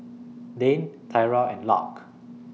Dane Tyra and Lark